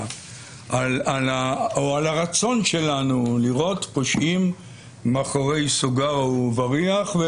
או על הרצון שלנו לראות פושעים מאחורי סוגר ובריח.